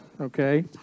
okay